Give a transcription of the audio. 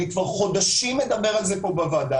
אני כבר חודשים מדבר על זה כאן בוועדה.